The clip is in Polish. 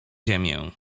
ziemię